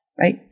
right